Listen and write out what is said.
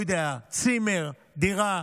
אני לא יודע, צימר, דירה,